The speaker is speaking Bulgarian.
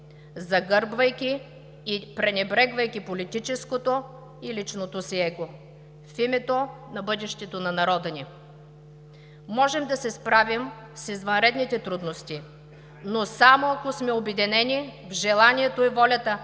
загърбвайки и пренебрегвайки политическото и личното си его в името на бъдещето на народа ни. Можем да се справим с извънредните трудности, но само ако сме обединени в желанието и волята